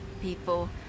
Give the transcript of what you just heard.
people